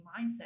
mindset